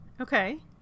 okay